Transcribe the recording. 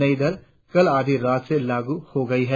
नई दर कल आधी रात से लागू हो गई है